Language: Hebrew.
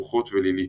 רוחות ולילית.